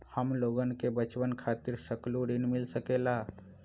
हमलोगन के बचवन खातीर सकलू ऋण मिल सकेला?